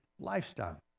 lifestyle